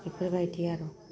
बेफोरबायदि आरो